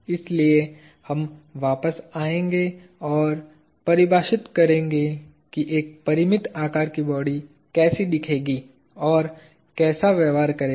इसलिए हम वापस आएंगे और परिभाषित करेंगे कि एक परिमित आकार की बॉडी कैसी दिखेगी और कैसा व्यवहार करेगा